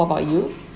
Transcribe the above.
so what about you